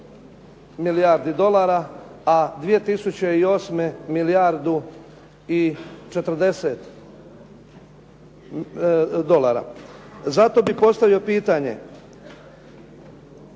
milijardi dolara a 2007. milijardu i 40 dolara. Zato bih postavio pitanje.